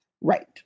Right